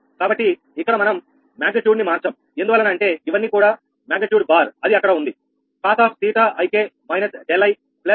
కాబట్టి ఇక్కడ మనం మ్యాగ్నెట్ట్యూడ్ ని మార్చం ఎందువలన అంటే ఇవన్నీ కూడా మ్యాగ్నెట్ట్యూడ్ బార్ అది అక్కడ ఉంది cos𝜃ik − 𝛿i 𝛿k